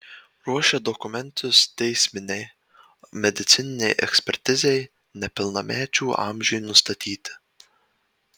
ruošia dokumentus teisminei medicininei ekspertizei nepilnamečių amžiui nustatyti